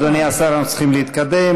אדוני השר, אנחנו צריכים להתקדם.